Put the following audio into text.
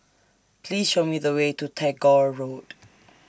Please Show Me The Way to Tagore Road